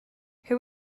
who